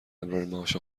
امرارمعاش